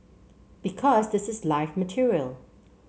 because this is live material